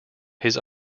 his